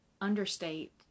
understate